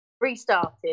restarted